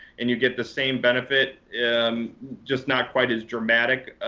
and you get the same benefit, and just not quite as dramatic,